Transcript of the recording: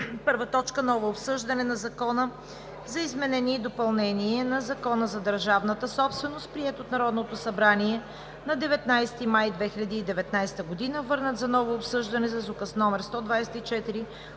2019 г.: „1. Ново обсъждане на Закона за изменение и допълнение на Закона за държавната собственост, приет от Народното събрание на 15 май 2019 г., върнат за ново обсъждане с Указ № 124